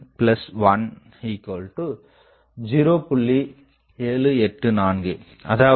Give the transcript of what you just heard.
784 அதாவது 78